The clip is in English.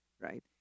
right